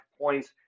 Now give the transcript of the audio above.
points